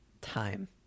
time